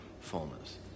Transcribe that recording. fullness